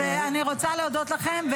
אז אני רוצה להודות לכם.